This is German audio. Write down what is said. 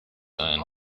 ein